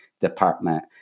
department